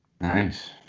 Nice